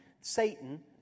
Satan